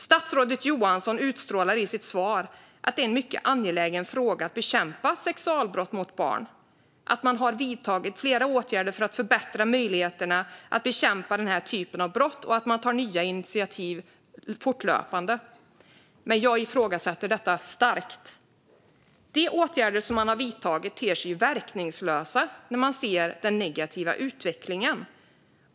Statsrådet Johansson uttrycker i sitt svar att det är en mycket angelägen fråga att bekämpa sexualbrott mot barn, att man har vidtagit flera åtgärder för att förbättra möjligheterna att bekämpa den typen av brott och att man tar nya initiativ fortlöpande. Men jag ifrågasätter detta starkt. De åtgärder som man har vidtagit ter sig verkningslösa när man ser den negativa utvecklingen.